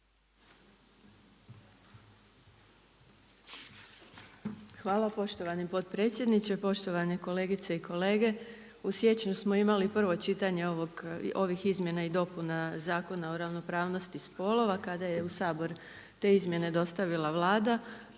Hvala poštovani potpredsjedniče. Poštovane kolegice i kolege. U siječnju smo imali prvo čitanje ovih izmjena i dopuna Zakona o ravnopravnosti spolova kada je u Sabor te izmjene dostavila Vlada.